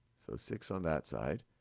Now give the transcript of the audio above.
so six on that side,